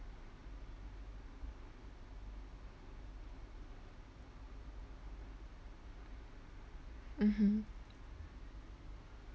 mmhmm